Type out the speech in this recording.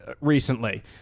recently